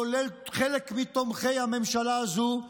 כולל חלק מתומכי הממשלה הזאת,